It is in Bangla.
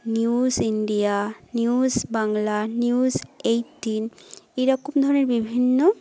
news India news Bangla news eighteen এই রকম ধরণের বিভিন্ন